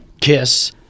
kiss